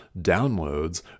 downloads